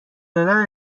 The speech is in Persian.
دادن